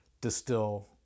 distill